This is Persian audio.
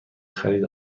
خرید